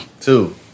Two